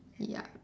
ya